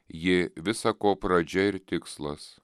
ji visa ko pradžia ir tikslas